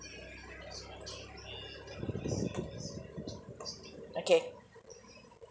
okay